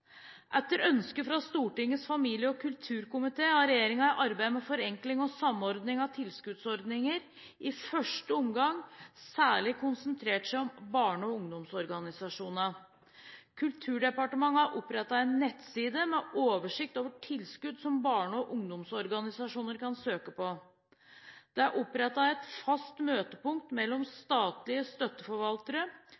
Etter ønske fra Stortingets familie- og kulturkomité har regjeringen i arbeidet med forenkling og samordning av tilskuddsordninger i første omgang særlig konsentrert seg om barne- og ungdomsorganisasjonene. Kulturdepartementet har opprettet en nettside med oversikt over tilskudd som barne- og ungdomsorganisasjoner kan søke på. Det er opprettet et fast møtepunkt mellom